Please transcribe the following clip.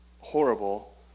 horrible